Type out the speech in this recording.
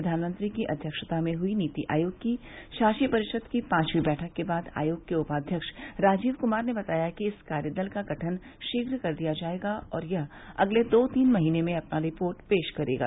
प्रधानमंत्री की अध्यक्षता में हुई नीति आयोग की शासी परिषद की पांचवी बैठक के बाद आयोग के उपाध्यक्ष राजीव कुमार ने बताया कि इस कार्यदल का गठन शीघ्र कर दिया जाएगा और यह अगले दो तीन महीने में अपनी रिपोर्ट पेश करेगा